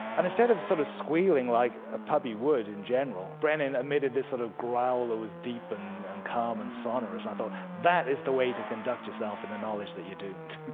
and instead of sort of squealing like a puppy would in general, brenin emitted this sort of growl that was deep and and calm and sonorous, and i thought, that is the way to conduct yourself in the knowledge that you're doomed.